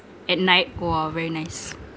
at night !wah! very nice